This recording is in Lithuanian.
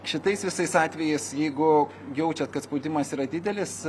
šitais visais atvejais jeigu jaučiat kad spaudimas yra didelis